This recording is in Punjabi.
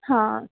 ਹਾਂ